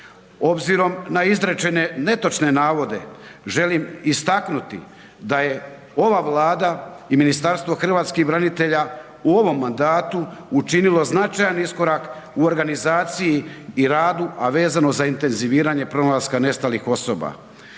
Obzirom na izrečene netočne navode želim istaknuti da je ova Vlada i Ministarstvo hrvatskih branitelja u ovom mandatu učinilo značajan iskorak u organizaciji u radu, a vezano za intenziviranje pronalaska nestalih osoba